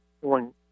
one